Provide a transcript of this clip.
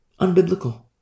Unbiblical